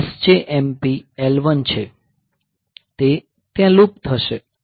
તે SJMP L1 છે તે ત્યાં લૂપ થશે